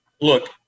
look